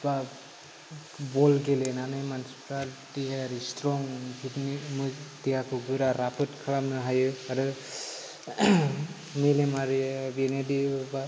बल गेलेनानै मानसिफ्रा देहायारि सिथ्रं बिदिनो देहाखौ गोरा राफोद लाखिनो हायो आरो मेलेमारि बिनोदि बा